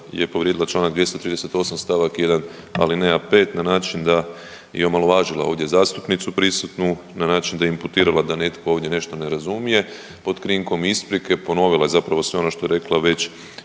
je povrijedila čl. 238. st. 1. alineja 5 na način da je omalovažila ovdje zastupnicu prisutnu na način da je imputirala da netko ovdje nešto ne razumije pod krinkom isprike ponovila je zapravo sve ono što je rekla već